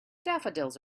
daffodils